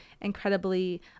incredibly